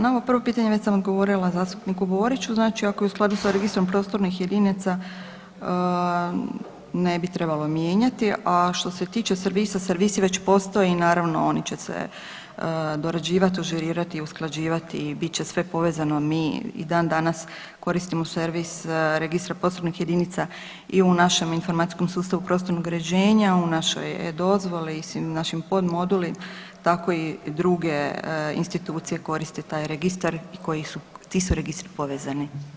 Na ovo prvo pitanje već sam odgovorila zastupniku Boriću, znači, ako u skladu sa Registrom prostornih jedinica ne bi trebalo mijenjati, a što se tiče servisa, servis već postoji i naravno, oni će se dorađivati, ažurirati i usklađivati, bit će sve povezano, mi i dan-danas koristimo servis Registra prostornih jedinica i u našem informacijskom sustavu prostornog uređenja, u našoj e-Dozvoli i svim našim podmoduli, tako i druge institucije koriste taj Registar i koji su, ti su registri povezani.